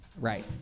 Right